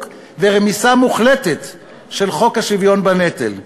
ולרמיסה מוחלטת של חוק השוויון בנטל.